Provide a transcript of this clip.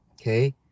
okay